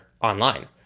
online